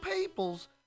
people's